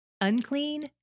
Unclean